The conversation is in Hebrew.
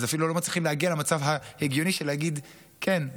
אפילו לא מצליחים להגיע למצב ההגיוני של להגיד: כן,